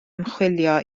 ymchwilio